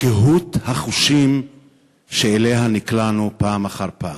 קהות החושים שאליה נקלענו פעם אחר פעם.